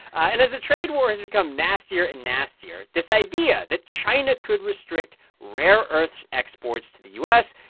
and as the trade war has become nastier and nastier, this idea that china could restrict rare earths exports to the u s,